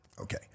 Okay